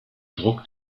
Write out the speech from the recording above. druck